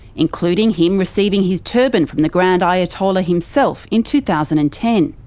including him receiving his turban from the grand ayatollah himself in two thousand and ten.